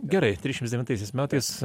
gerai trisdešims devintaisiais metais